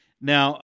Now